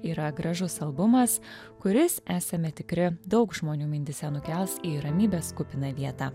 yra gražus albumas kuris esame tikri daug žmonių mintyse nukels į ramybės kupiną vietą